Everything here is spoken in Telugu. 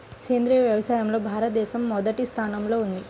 సేంద్రీయ వ్యవసాయంలో భారతదేశం మొదటి స్థానంలో ఉంది